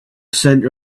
center